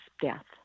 death